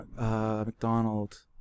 McDonald